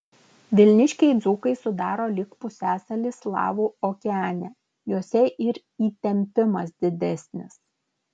vilniškiai dzūkai sudaro lyg pusiasalį slavų okeane juose ir įtempimas didesnis